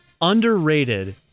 Underrated